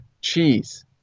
cheese